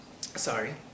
Sorry